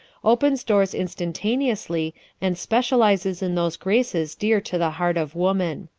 opens doors instantaneously and specializes in those graces dear to the heart of woman.